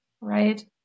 right